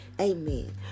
Amen